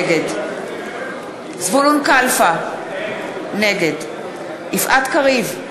נגד זבולון קלפה, נגד יפעת קריב,